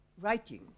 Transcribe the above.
writing